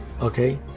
okay